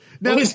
Now